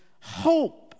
hope